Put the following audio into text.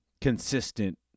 consistent